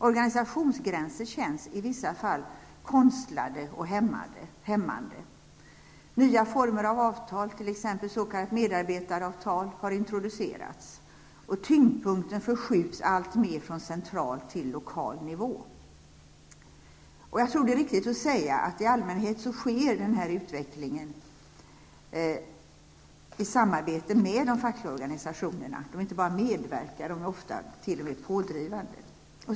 Organisationsgränser känns i vissa fall konstlade och hämmande. Nya former av avtal, s.k. medarbetaravtal, har introducerats. Tyngdpunkten förskjuts allt mer från central till lokal nivå. Jag tror att det är riktigt att säga att i allmänhet sker utvecklingen i samarbete med de fackliga organisationerna. De inte bara medverkar utan är ofta t.o.m. pådrivande.